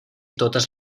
totes